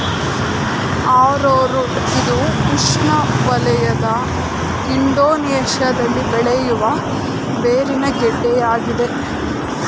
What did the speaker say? arrowroot ಇದು ಉಷ್ಣವಲಯದ ಇಂಡೋನೇಶ್ಯದಲ್ಲಿ ಬೆಳೆಯ ಬೇರಿನ ಗೆಡ್ಡೆ ಆಗಿದೆ